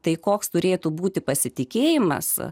tai koks turėtų būti pasitikėjimas